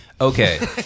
Okay